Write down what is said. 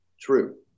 True